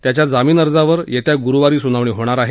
त्याच्या जामीन अर्जावर येत्या गुरुवारी सुनावणी होणार आहे